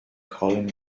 colin